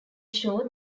show